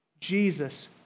Jesus